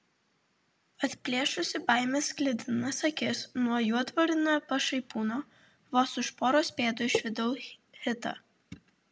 atplėšusi baimės sklidinas akis nuo juodvarnio pašaipūno vos už poros pėdų išvydau hitą